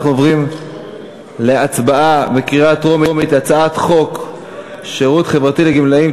אנחנו עוברים להצבעה בקריאה טרומית על הצעת חוק שירות חברתי לגמלאים,